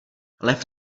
lev